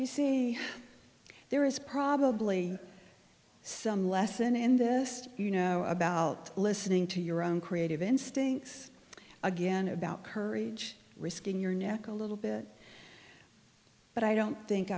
you see there is probably some lesson in this you know about listening to your own creative instincts again about courage risking your neck a little bit but i don't think